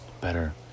better